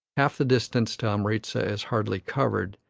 half the distance to amritza is hardly covered,